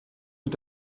mit